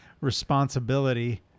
responsibility